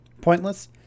pointless